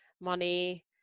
money